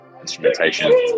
instrumentation